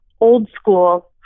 old-school